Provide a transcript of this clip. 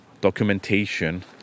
documentation